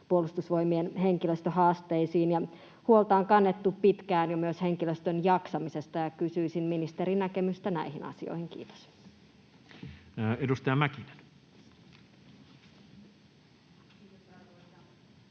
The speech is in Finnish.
Puolustusvoimien henkilöstöhaasteisiin, ja huolta on kannettu jo pitkään myös henkilöstön jaksamisesta. Kysyisin ministerin näkemystä näihin asioihin. — Kiitos.